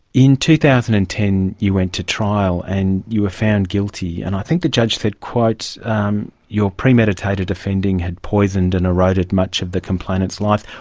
in two thousand and ten, you went to trial and you were found guilty. and i think the judge said, um you're premeditating offending had poisoned and eroded much of the complainants lives'.